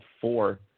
four